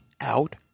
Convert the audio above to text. out